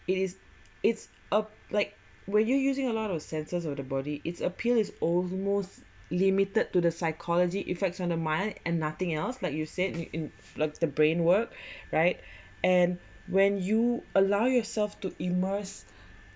it is it's a like were you using a lot of senses of the body its appeal his old most limited to the psychology effects on a mile and nothing else like you said you let the brain work right and when you allow yourself to immerse